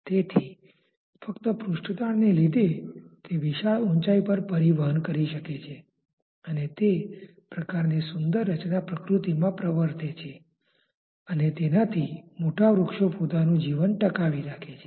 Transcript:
તેથી ફક્ત પૃષ્ઠતાણને લીધે તે વિશાળ ઉંચાઇ પર પરિવહન કરી શકે છે અને તે પ્રકારની સુંદર રચના પ્રકૃતિમાં પ્રવર્તે છે અને તેનાથી મોટા વૃક્ષો પોતાનું જીવન ટકાવી રાખે છે